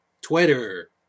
Twitter